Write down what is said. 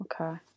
Okay